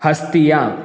हस्तियाँ